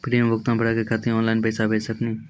Premium भुगतान भरे के खातिर ऑनलाइन पैसा भेज सकनी?